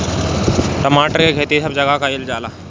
टमाटर के खेती सब जगह कइल जाला